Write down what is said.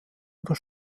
oder